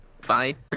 fine